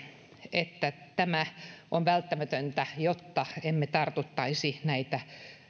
että tämä on välttämätöntä jotta emme tartuttaisi näitä